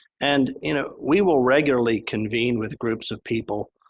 and, you know, we will regularly convene with groups of people,